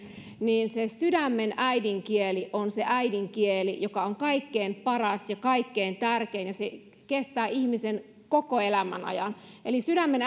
niin se sydämen äidinkieli on se äidinkieli joka on kaikkein paras ja kaikkein tärkein ja se kestää ihmisen koko elämän ajan eli sydämen